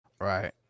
Right